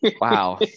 wow